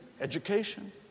education